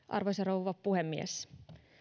arvoisa rouva puhemies